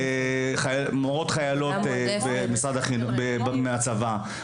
מורות חיילות מהצבא,